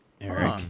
Eric